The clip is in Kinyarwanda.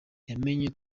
yamenye